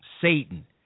Satan